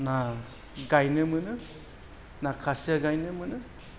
ना गायनो मोनो ना खासिया गायनो मोनो